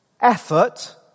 effort